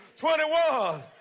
21